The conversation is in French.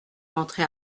rentré